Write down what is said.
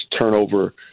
turnover